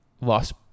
lost